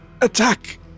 Attack